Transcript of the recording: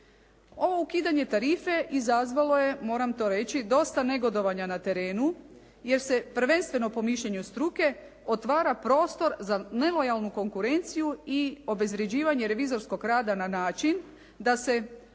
Ovo ukidanje tarife izazvalo je moram to reći dosta negodovanja na terenu jer se prvenstveno po mišljenju struke otvara prostor za nelojalnu konkurenciju i obezvređivanje revizorskog rada na način da se